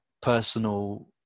personal